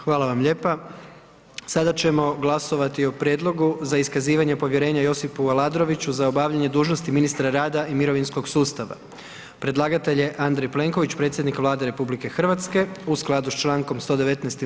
Hvala vam lijepa, sada ćemo glasovati o: - Prijedlog za iskazivanje povjerenja Josipu Aladroviću za obavljanje dužnosti ministra rada i mirovinskog sustava Predlagatelj je Andrej Plenković, predsjednik Vlade RH u skladu sa člankom 119.